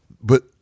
But-